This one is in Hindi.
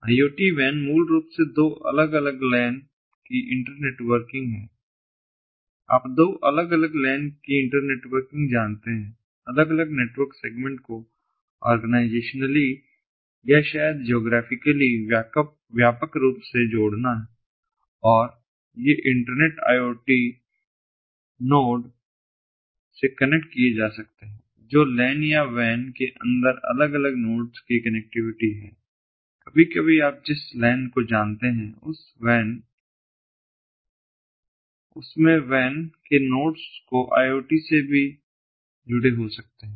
IoT वैन मूल रूप से दो अलग अलग लैन की इंटरनेटवर्किंग है आप दो अलग अलग लैन की इंटरनेटवर्किंग जानते हैं अलग अलग नेटवर्क सेगमेंट को ऑर्गेनाइजेशनली या शायद ज्योग्राफिकली व्यापक रूप से जोड़ना और ये इंटरनेट IoT नोड से कनेक्ट किए जा सकते हैं जो लैन या वैन के अंदर अलग अलग नोड्स की कनेक्टिविटी है कभी कभी आप जिस लैन को जानते हैं उसमें वैन के नोड्स को IoT से भी जुड़े हो सकते हैं